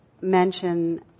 mention